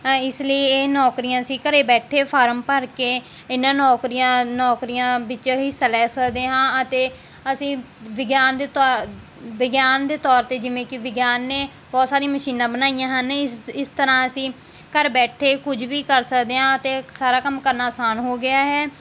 ਇਸ ਲਈ ਇਹ ਨੌਕਰੀਆਂ ਅਸੀਂ ਘਰ ਬੈਠੇ ਫਾਰਮ ਭਰ ਕੇ ਇਹਨਾਂ ਨੌਕਰੀਆਂ ਨੌਕਰੀਆਂ ਵਿੱਚ ਹਿੱਸਾ ਲੈ ਸਕਦੇ ਹਾਂ ਅਤੇ ਅਸੀਂ ਵਿਗਿਆਨ ਦੇ ਤੌ ਵਿਗਿਆਨ ਦੇ ਤੌਰ 'ਤੇ ਜਿਵੇਂ ਕਿ ਵਿਗਿਆਨ ਨੇ ਬਹੁਤ ਸਾਰੀ ਮਸ਼ੀਨਾਂ ਬਣਾਈਆਂ ਹਨ ਇਸ ਇਸ ਤਰ੍ਹਾਂ ਅਸੀਂ ਘਰ ਬੈਠੇ ਕੁਝ ਵੀ ਕਰ ਸਕਦੇ ਹਾਂ ਅਤੇ ਸਾਰਾ ਕੰਮ ਕਰਨਾ ਆਸਾਨ ਹੋ ਗਿਆ ਹੈ